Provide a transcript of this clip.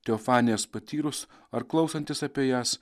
teofanijas patyrus ar klausantis apie jas